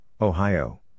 Ohio